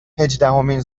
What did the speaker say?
هجدهمین